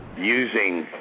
using